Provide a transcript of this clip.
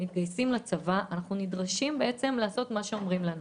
מתגייסים אנחנו נדרשים לעשות מה שאומרים לנו,